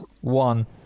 one